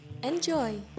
Enjoy